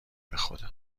بخدا